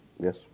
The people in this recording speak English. Yes